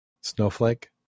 Snowflake